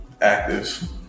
active